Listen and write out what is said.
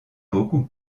beaucoup